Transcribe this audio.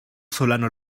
solano